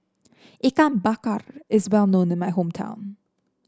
Ikan Bakar is well known in my hometown